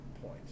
point